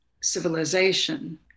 civilization